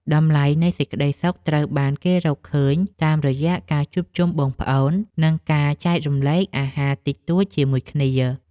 តម្លៃនៃសេចក្ដីសុខត្រូវបានគេរកឃើញតាមរយៈការជួបជុំបងប្អូន និងការចែករំលែកអាហារតិចតួចជាមួយគ្នា។